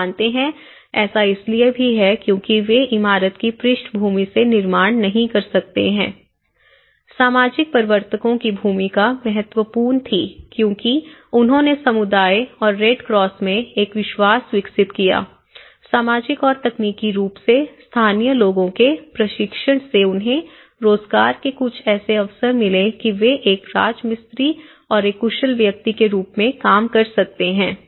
आप जानते हैं ऐसा इसलिए भी है क्योंकि वे इमारत की पृष्ठभूमि से निर्माण नहीं कर सकते हैं सामाजिक प्रवर्तकों की भूमिका महत्वपूर्ण थी क्योंकि उन्होंने समुदाय और रेड क्रॉस में एक विश्वास विकसित किया सामाजिक और तकनीकी रूप से स्थानीय लोगों के प्रशिक्षण से उन्हें रोजगार के कुछ ऐसे अवसर मिलें कि वे एक राजमिस्त्री और एक कुशल व्यक्ति के रूप में काम कर सकते हैं